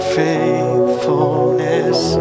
faithfulness